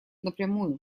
напрямую